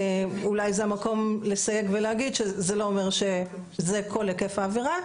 אולי זה המקום לסייג ולהגיד שזה לא אומר שזה כל היקף העבירה,